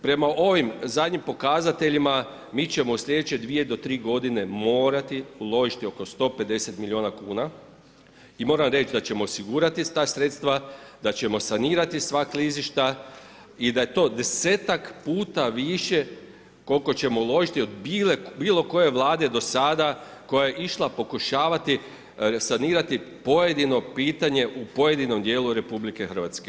Prema ovim zadnjim pokazateljima, mi ćemo u sljedeće dvije do tri godine morati uložiti oko 150 milijuna kuna i moram reći da ćemo osigurati ta sredstva, da ćemo sanirati sva klizišta i da je to desetak puta više koliko ćemo uložiti od bilo koje Vlade do sada koja je išla pokušavati sanirati pojedino pitanje u pojedinom djelu RH.